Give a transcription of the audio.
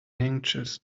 anxious